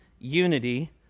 Unity